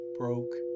broke